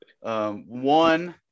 one